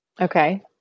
Okay